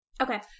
Okay